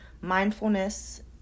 mindfulness